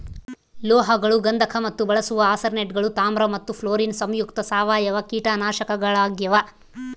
ಲೋಹಗಳು ಗಂಧಕ ಮತ್ತು ಬಳಸುವ ಆರ್ಸೆನೇಟ್ಗಳು ತಾಮ್ರ ಮತ್ತು ಫ್ಲೋರಿನ್ ಸಂಯುಕ್ತ ಸಾವಯವ ಕೀಟನಾಶಕಗಳಾಗ್ಯಾವ